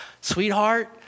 Sweetheart